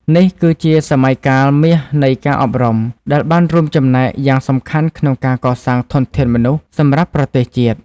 នេះគឺជាសម័យកាលមាសនៃការអប់រំ ដែលបានរួមចំណែកយ៉ាងសំខាន់ក្នុងការកសាងធនធានមនុស្សសម្រាប់ប្រទេសជាតិ។